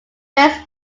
best